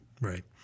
Right